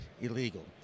illegal